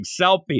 selfie